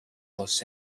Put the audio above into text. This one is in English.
los